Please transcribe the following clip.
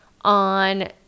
on